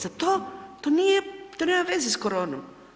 Za to, to nije, to nema veze s koronom.